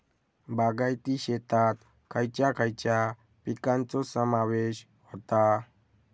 बागायती शेतात खयच्या खयच्या पिकांचो समावेश होता?